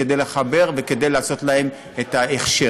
כדי לחבר וכדי לעשות להם את ההכשר.